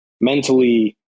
mentally